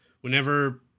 whenever